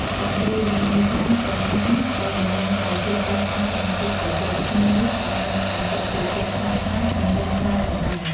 ចន្ទ្រា មានន័យថា ព្រះច័ន្ទ ដែលតំណាងឱ្យ ភាពស្រស់ស្អាត និងភាពត្រជាក់ ឈ្មោះនេះក៏អាចបញ្ជាក់ពីភាពស្ងប់ស្ងាត់ និងមន្តស្នេហ៍ផងដែរ។